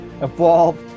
evolved